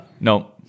No